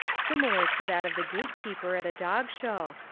similar to that of the gate keeper at a dog show,